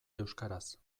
euskaraz